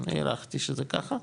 הערכתי שזה ככה.